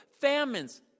famines